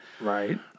right